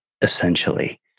essentially